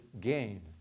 gain